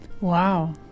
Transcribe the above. Wow